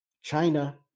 China